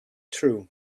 true